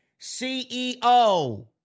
CEO